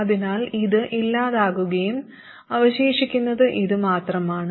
അതിനാൽ ഇത് ഇല്ലാതാകുകയും അവശേഷിക്കുന്നത് ഇത് മാത്രമാണ്